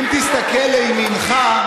אם תסתכל לימינך,